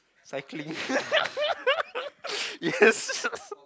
cycling yes